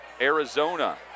arizona